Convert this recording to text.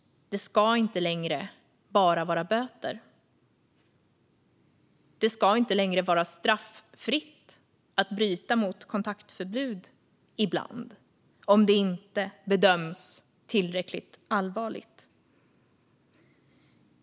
De ska inte längre vara bara böter, och det ska inte längre vara straffritt att bryta mot kontaktförbud om det inte bedöms som tillräckligt allvarligt.